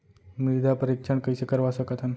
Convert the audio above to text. मृदा परीक्षण कइसे करवा सकत हन?